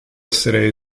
essere